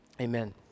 amen